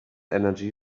energy